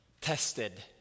tested